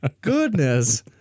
Goodness